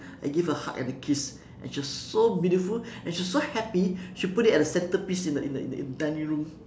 I gave a hug and a kiss and it's just so beautiful and she was so happy she put it at the center piece in the in the in the dining room